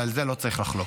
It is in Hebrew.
ועל זה לא צריך לחלוק.